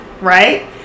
right